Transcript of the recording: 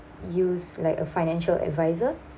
use like a financial advisor